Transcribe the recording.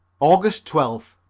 aug. twelfth.